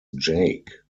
jake